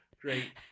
Great